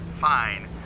Fine